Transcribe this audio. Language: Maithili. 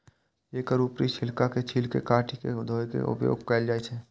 एकर ऊपरी छिलका के छील के काटि के धोय के उपयोग कैल जाए छै